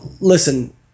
listen